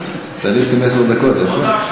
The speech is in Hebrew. סוציאליסט עם עשר דקות זה יפה.